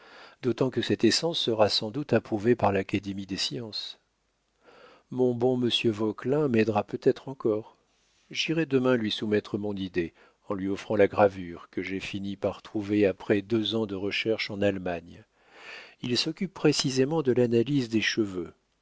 d'autant que cette essence sera sans doute approuvée par l'académie des sciences mon bon monsieur vauquelin m'aidera peut-être encore j'irai demain lui soumettre mon idée en lui offrant la gravure que j'ai fini par trouver après deux ans de recherches en allemagne il s'occupe précisément de l'analyse des cheveux